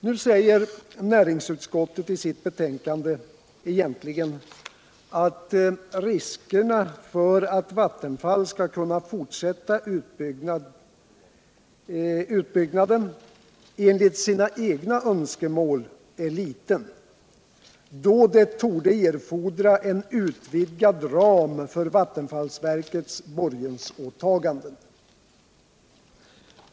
Nu säger näringsutskottet i sitt betänkande egentligen att risken för att Vattenfall skall kunna fortsätta utbyggnaden enligt sina egna önskemål är liten, då det torde erfordra en utvidgad ram för vattenfallsverkets borgensåtaganden.